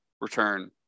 return